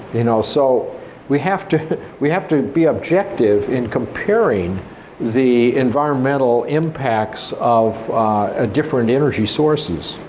you know, so we have to we have to be objective in comparing the environmental impacts of ah different energy sources.